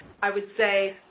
i would say,